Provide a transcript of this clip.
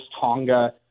Tonga